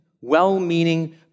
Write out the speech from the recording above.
well-meaning